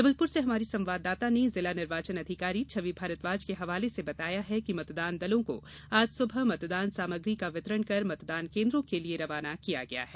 जबलपुर से हमारी संवाददाता ने जिला निर्वाचन अधिकारी छवि भारद्वाज के हवाले से बताया कि मतदान दलों को आज सुबह मतदान सामग्री का वितरण कर मतदान केन्द्रों के लिए रवाना किया गया है